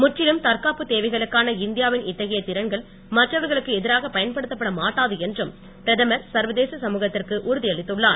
முற்றிலும் தற்காப்பு தேவைகளுக்கான இந்தியாவின் இத்தகையை திறன்கள் மற்றவர்களுக்கு எதிராக பயன்படுத்தப்பட மாட்டாது என்றும் பிரதமர் சர்வதேச சமுகத்திற்கு உறுதி அளித்துள்ளார்